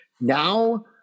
Now